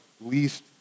least